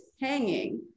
hanging